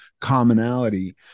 commonality